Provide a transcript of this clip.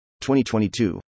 2022